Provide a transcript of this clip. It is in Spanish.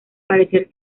parecer